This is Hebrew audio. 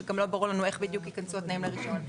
שגם לא ברור לנו איך בדיוק ייכנסו התנאים לרישיון,